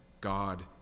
God